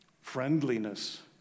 friendliness